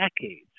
decades